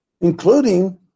Including